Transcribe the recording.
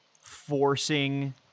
forcing